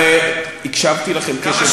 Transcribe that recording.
למה שלא,